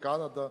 קנדה,